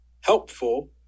helpful